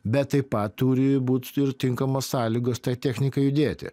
bet taip pat turi būt ir tinkamos sąlygos tai technikai judėti